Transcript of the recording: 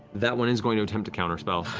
that one is going to attempt to counterspell.